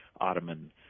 Ottoman